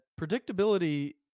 predictability